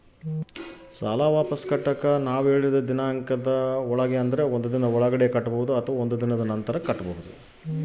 ಸಾಲ ವಾಪಸ್ ಕಟ್ಟಕ ನೇವು ಹೇಳಿದ ದಿನಾಂಕದಿಂದ ಎಷ್ಟು ದಿನದೊಳಗ ಕಟ್ಟಬೇಕು?